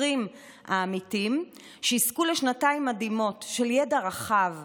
העמיתים שיזכו לשנתיים מדהימות של ידע רחב,